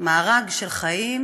מארג של חיים